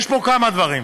יש פה כמה דברים.